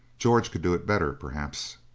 george could do it better, perhaps.